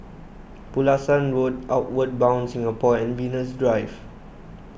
Pulasan Road Outward Bound Singapore and Venus Drive